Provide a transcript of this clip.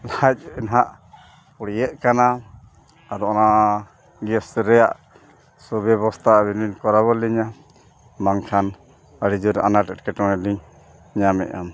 ᱫᱷᱟᱪ ᱦᱟᱸᱜ ᱯᱩᱲᱭᱟᱹᱜ ᱠᱟᱱᱟ ᱟᱫᱚ ᱚᱱᱟ ᱜᱮᱥ ᱨᱮᱭᱟᱜ ᱥᱩ ᱵᱮᱵᱚᱥᱛᱷᱟ ᱟᱹᱵᱤᱱ ᱵᱤᱱ ᱠᱚᱨᱟᱣ ᱟᱹᱞᱤᱧᱟ ᱵᱟᱝᱠᱷᱟᱱ ᱟᱹᱰᱤ ᱡᱳᱨ ᱟᱱᱟᱴ ᱮᱴᱠᱮᱴᱚᱬᱮ ᱞᱤᱧ ᱧᱟᱢᱮᱜᱼᱟ